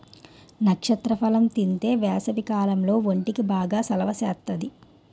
నక్షత్ర ఫలం తింతే ఏసవికాలంలో ఒంటికి బాగా సలవ సేత్తాది